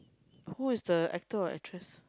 who is the actor or actress